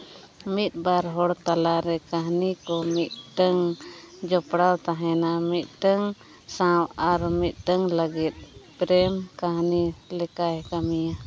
ᱢᱤᱫ ᱵᱟᱨ ᱦᱚᱲ ᱛᱟᱞᱟᱨᱮ ᱠᱟᱹᱦᱱᱤ ᱠᱚ ᱢᱤᱫᱴᱟᱹᱱ ᱡᱚᱯᱲᱟᱣ ᱛᱟᱦᱮᱱᱟ ᱢᱤᱫᱴᱟᱝ ᱥᱟᱶ ᱟᱨ ᱢᱤᱫᱴᱟᱱ ᱞᱟᱹᱜᱤᱫ ᱯᱨᱮᱢ ᱠᱟᱹᱦᱱᱤ ᱞᱮᱠᱟᱭ ᱠᱟᱹᱢᱤᱭᱟ